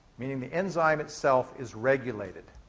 meaning the enzyme itself is regulated.